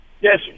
Yes